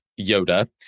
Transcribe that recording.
Yoda